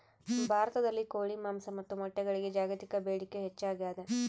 ಭಾರತದಲ್ಲಿ ಕೋಳಿ ಮಾಂಸ ಮತ್ತು ಮೊಟ್ಟೆಗಳಿಗೆ ಜಾಗತಿಕ ಬೇಡಿಕೆ ಹೆಚ್ಚಾಗ್ಯಾದ